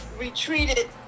retreated